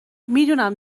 میدونم